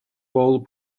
whole